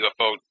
UFO